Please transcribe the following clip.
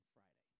Friday